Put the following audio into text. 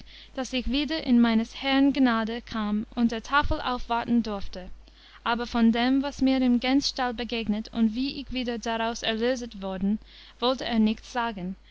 daß ich wieder in meines herrn gnade kam und der tafel aufwarten dorfte aber von dem was mir im gänsstall begegnet und wie ich wieder daraus erlöset worden wollte er nichts sagen